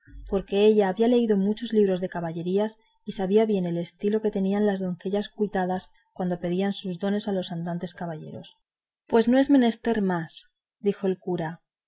porque ella había leído muchos libros de caballerías y sabía bien el estilo que tenían las doncellas cuitadas cuando pedían sus dones a los andantes caballeros pues no es menester más dijo el cura